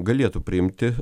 galėtų priimti